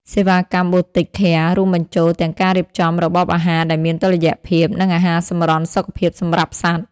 សេវាកម្ម Boutique Care រួមបញ្ចូលទាំងការរៀបចំរបបអាហារដែលមានតុល្យភាព និងអាហារសម្រន់សុខភាពសម្រាប់សត្វ។